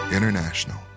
International